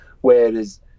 Whereas